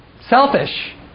selfish